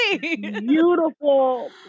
Beautiful